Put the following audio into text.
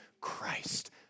Christ